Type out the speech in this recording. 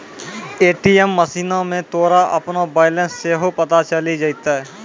ATM मशीनो मे तोरा अपनो बैलेंस सेहो पता चलि जैतै